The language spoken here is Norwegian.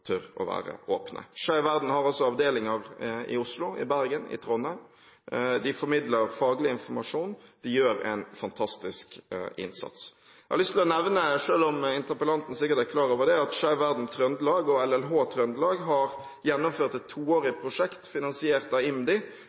tør å være åpne. Skeiv Verden har avdelinger i Oslo, Bergen og Trondheim. De formidler faglig informasjon, de gjør en fantastisk innsats. Selv om interpellanten sikkert er klar over det, har jeg lyst til å nevne at Skeiv Verden Trøndelag og LLH Trøndelag har gjennomført et toårig prosjekt, finansiert av IMDI,